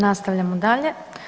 Nastavljamo dalje.